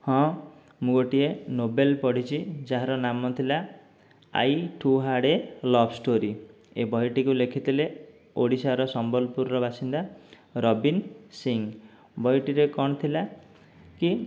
ହଁ ମୁଁ ଗୋଟିଏ ନୋବେଲ୍ ପଢ଼ିଛି ଯାହାର ନାମ ଥିଲା I too had a love story ଏ ବହିଟିକୁ ଲେଖିଥିଲେ ଓଡ଼ିଶାର ସମ୍ବଲପୁରର ବାସିନ୍ଦା ରବୀନ ସିଂ ବହିଟିରେ କଣ ଥିଲା କି